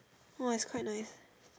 no is quite nice